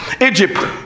egypt